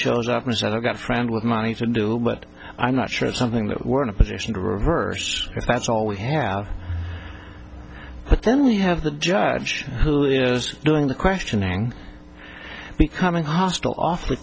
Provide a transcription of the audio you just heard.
shows up and said i've got a friend with money to do but i'm not sure it's something that we're in a position to reverse that's all we have but then you have the judge doing the questioning becoming hostile awfully